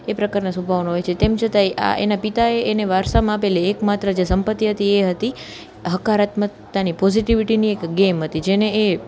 એ પ્રકારના સ્વભાવના હોય છે તેમ છતાં એ આ એના પિતાએ એને વારસામાં આપેલી એક માત્ર જે સંપત્તિ હતી એ હતી હકારાત્મકતાની પોઝિટીવિટીની એક ગેમ હતી જેને એ